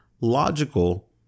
logical